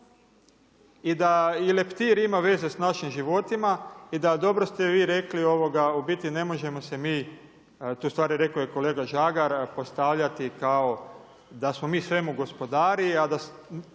i da i leptir ima veze sa našim životima. I da dobro ste vi rekli u biti ne možemo se tu stvar je rekao kolega Žagar, postavljati da smo mi svemu gospodari,